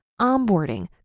onboarding